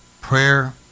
prayer